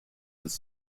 his